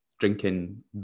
drinking